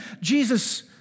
Jesus